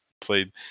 played